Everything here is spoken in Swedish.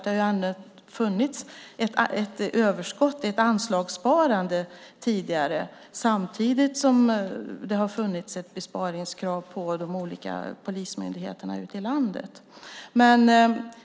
Det har ändå funnits ett anslagssparande tidigare, samtidigt som det har funnits ett besparingskrav på de olika polismyndigheterna ute i landet.